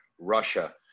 Russia